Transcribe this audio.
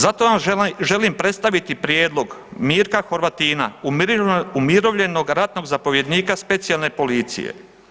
Zato vam želim predstaviti prijedlog Mirka Horvatina, umirovljenog ratnog zapovjednika specijalne policije.